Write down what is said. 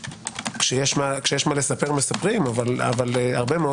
כשיש מה לספר מספרים אבל הרבה מאוד